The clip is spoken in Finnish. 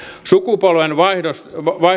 sukupolvenvaihdosten